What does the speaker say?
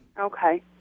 Okay